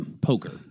poker